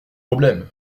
problème